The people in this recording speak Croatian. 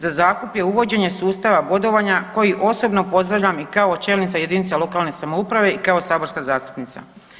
Za zakup je uvođenje sustava bodovanja koji osobno pozdravljam i kao čelnica jedinice lokalne samouprave i kao saborska zastupnica.